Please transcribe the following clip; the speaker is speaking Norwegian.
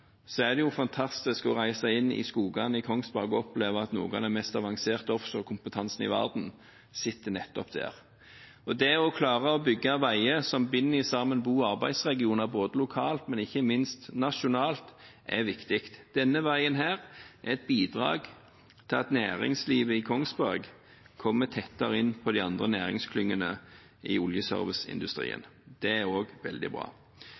er det fantastisk å reise inn i skogene i Kongsberg og oppleve at noe av den mest avanserte offshore-kompetansen i verden sitter nettopp der. Det å klare å bygge veier som binder sammen bo- og arbeidsregioner både lokalt og nasjonalt, er viktig. Denne veien er et bidrag til at næringslivet i Kongsberg kommer tettere inn på de andre næringsklyngene i oljeserviceindustrien, og det er også veldig bra,